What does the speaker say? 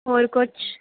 ਹੋਰ ਕੁਛ